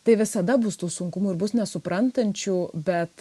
tai visada bus tų sunkumų ir bus nesuprantančių bet